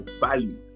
value